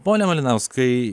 pone malinauskai